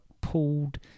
pulled